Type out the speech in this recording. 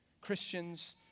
Christians